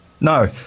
No